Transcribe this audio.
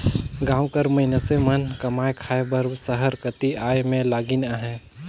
गाँव कर मइनसे मन कमाए खाए बर सहर कती आए में लगिन अहें